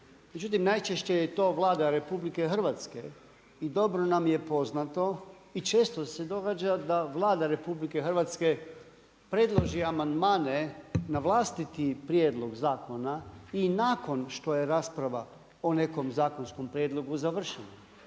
Međutim, najčešće je to Vlada RH i dobro nam je poznato i često se događa da Vlada RH predloži amandmane na vlastiti prijedlog zakona i nakon što je rasprava o nekom zakonskom prijedlogu završena.